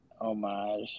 homage